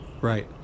right